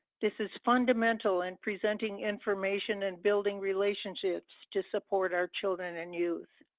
this is fundamental in presenting information and building relationships to support our children and youth.